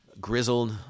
grizzled